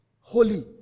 holy